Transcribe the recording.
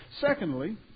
Secondly